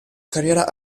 carriera